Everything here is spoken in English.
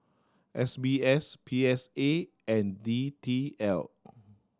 S B S P S A and D T L